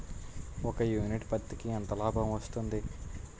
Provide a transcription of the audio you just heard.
ఒక యూనిట్ పత్తికి ఎంత లాభం వస్తుంది?